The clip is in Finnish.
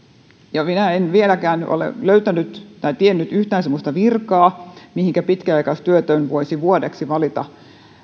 minä en vieläkään ole löytänyt tai tiedä yhtään semmoista virkaa mihinkä pitkäaikaistyötön voitaisiin vuodeksi valita